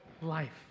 life